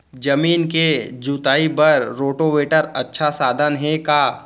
जमीन के जुताई बर रोटोवेटर अच्छा साधन हे का?